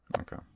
Okay